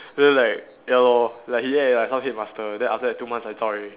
then like ya lor like he act like some headmaster then after that two months I zao already